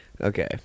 Okay